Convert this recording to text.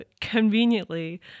conveniently